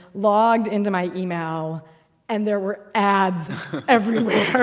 logged into my email and there were ads everywhere!